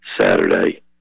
Saturday